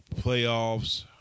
playoffs